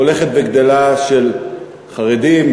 הולכת וגדלה של חרדים,